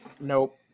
Nope